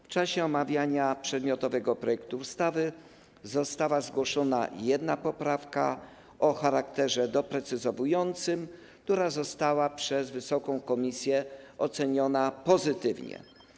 W czasie omawiania przedmiotowego projektu ustawy została zgłoszona jedna poprawka o charakterze doprecyzowującym, która została przez wysoką komisję oceniona pozytywnie.